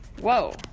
whoa